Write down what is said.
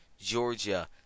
Georgia